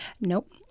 Nope